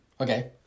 Okay